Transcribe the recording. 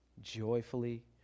joyfully